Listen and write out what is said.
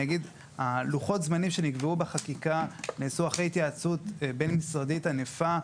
לוחות הזמנים שנקבעו בחקיקה נעשו אחרי התייעצות בין-משרדית ענפה,